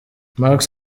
marx